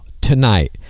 tonight